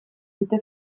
dute